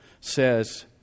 says